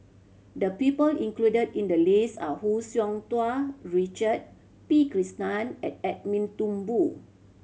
the people included in the list are Hu Tsu Tau Richard P Krishnan and Edwin Thumboo